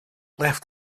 left